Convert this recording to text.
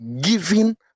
giving